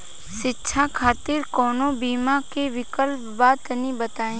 शिक्षा खातिर कौनो बीमा क विक्लप बा तनि बताई?